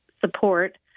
support